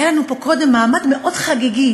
היה לנו פה קודם מעמד מאוד חגיגי,